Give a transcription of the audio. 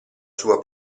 sua